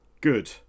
good